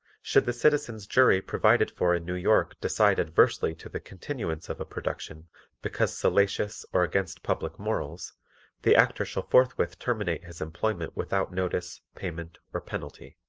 should the citizens' jury provided for in new york decide adversely to the continuance of a production because salacious or against public morals the actor shall forthwith terminate his employment without notice, payment or penalty.